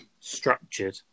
structured